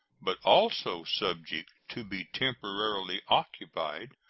but also subject to be temporarily occupied,